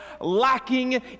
lacking